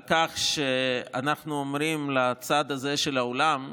על כך שאנחנו אומרים לצד הזה של האולם: